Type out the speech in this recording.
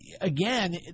again